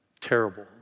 Terrible